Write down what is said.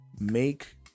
make